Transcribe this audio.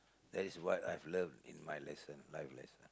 that is what I've learned in my lesson life lesson